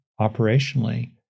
operationally